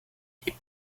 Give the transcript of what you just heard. die